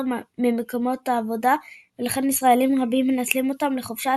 ממקומות העבודה ולכן ישראלים רבים מנצלים אותם לחופשה,